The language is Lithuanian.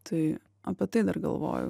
tai apie tai dar galvoju